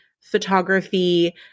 photography